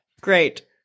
great